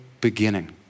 beginning